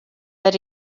but